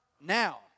now